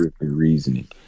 reasoning